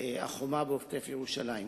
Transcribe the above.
חבר הכנסת חיים אמסלם